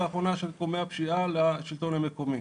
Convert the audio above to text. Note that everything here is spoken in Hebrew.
לאחרונה של תחומי הפשיעה לשלטון המקומי.